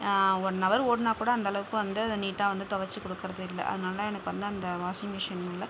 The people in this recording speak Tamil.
ஒன் அவர் ஓடினாக்கூட அந்தளவுக்கு வந்து அதை நீட்டாக வந்து துவைச்சி கொடுக்கறது இல்லை அதனால் எனக்கு வந்து அந்த வாஷிங் மிஷின் மேலே